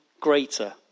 greater